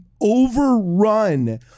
overrun